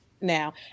now